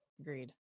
agreed